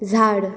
झाड